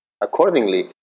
accordingly